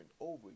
over